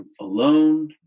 alone